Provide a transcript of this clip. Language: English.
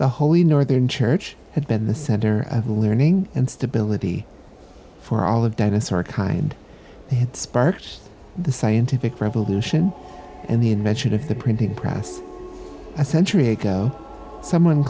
the holy northern church had been the center of learning and stability for all of dinosaur kind it sparked the scientific revolution and the invention of the printing press a century ago someone